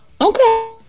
Okay